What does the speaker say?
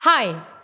Hi